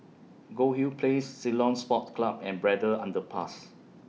Goldhill Place Ceylon Sports Club and Braddell Underpass